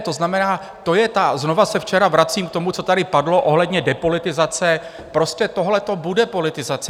To znamená, to je ta znovu se včera vracím k tomu, co tady padlo ohledně depolitizace, prostě tohleto bude politizace.